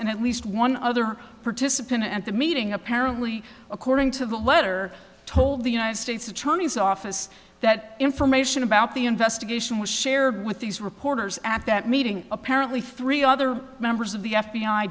and at least one other participant at the meeting apparently according to the letter told the united states attorney's office that information about the investigation was shared with these reporters at that meeting apparently three other members of the f